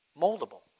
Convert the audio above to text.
moldable